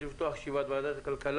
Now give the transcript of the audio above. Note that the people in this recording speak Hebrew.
אני מתכבד לפתוח את ישיבת ועדת הכלכלה.